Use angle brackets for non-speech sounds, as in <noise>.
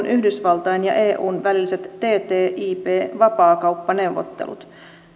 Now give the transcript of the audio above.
<unintelligible> yhdysvaltain ja eun väliset ttip vapaakauppaneuvottelut